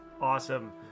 Awesome